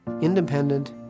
Independent